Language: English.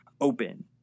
open